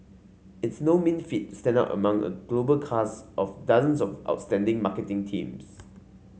it's no mean feat to stand out among a global cast of dozens of outstanding marketing teams